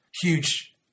huge